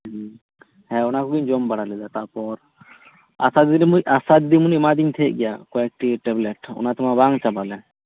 ᱦᱮᱸ ᱦᱮᱸ ᱚᱱᱟ ᱠᱚᱜᱮᱧ ᱡᱚᱢ ᱵᱟᱲᱟ ᱞᱮᱫᱟ ᱛᱟᱨᱯᱚᱨ ᱟᱥᱟ ᱫᱤᱫᱤ ᱢᱩᱱᱤ ᱟᱥᱟ ᱫᱤᱫᱤ ᱢᱩᱱᱤ ᱮᱢᱟᱫᱤᱧ ᱛᱟᱦᱮᱸᱫ ᱜᱮᱭᱟ ᱠᱚᱭᱮᱠᱴᱤ ᱴᱮᱵᱽᱞᱮᱴ ᱚᱱᱟ ᱛᱮᱢᱟ ᱵᱟᱝ ᱪᱟᱵᱟ ᱞᱮᱱ